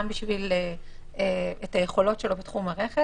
גם את היכולות שלו בתחום הרכש